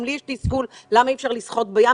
גם לי יש תסכול למה אי אפשר לשחות בים,